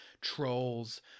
trolls